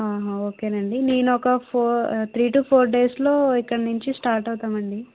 ఆహా ఓకే నండి నేనొక four three to four days లో ఇక్కడి నుంచి స్టార్ట్ అవుతామండి